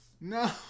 No